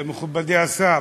מכובדי השר,